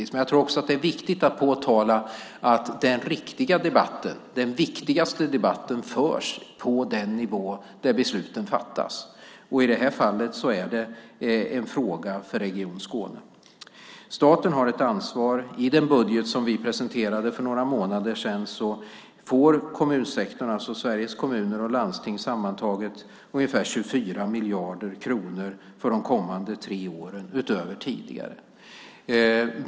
Men jag tror att det är viktigt att påtala att den riktiga debatten, den viktigaste debatten, förs på den nivå där besluten fattas. Och i det här fallet är det en fråga för Region Skåne. Staten har ett ansvar. I den budget som vi presenterade för några månader sedan får kommunsektorn, alltså Sveriges kommuner och landsting, sammantaget ungefär 24 miljarder kronor för de kommande tre åren utöver tidigare.